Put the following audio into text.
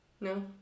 No